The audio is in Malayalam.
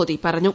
മോദി പറഞ്ഞു